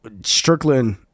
Strickland